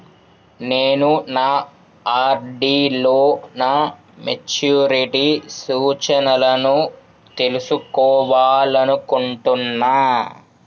నేను నా ఆర్.డి లో నా మెచ్యూరిటీ సూచనలను తెలుసుకోవాలనుకుంటున్నా